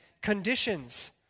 conditions